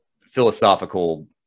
philosophical